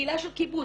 קהילה של קיבוץ,